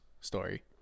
story